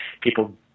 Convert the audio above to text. people